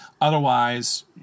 Otherwise